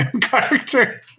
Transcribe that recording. character